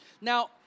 Now